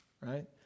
right